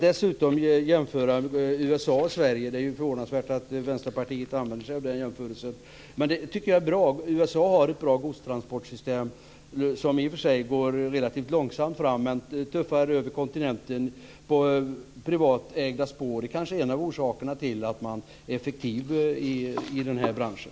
Det är dessutom förvånansvärt att Vänsterpartiet gör en jämförelse mellan USA och Sverige. Men jag tycker att det är bra. USA har ett bra godstransportsystem som i och för sig går relativt långsamt fram. Det tuffar över kontinenten på privatägda spår. Det kanske är en av orsakerna till att man är effektiv i den här branschen.